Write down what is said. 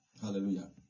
Hallelujah